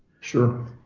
Sure